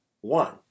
one